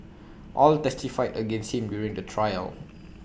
all testified against him during the trial